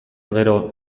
gero